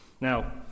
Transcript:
Now